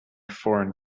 foreign